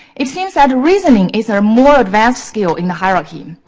it seems that reasoning is our more advanced skill in the hierarchy.